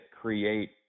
create